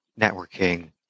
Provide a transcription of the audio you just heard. networking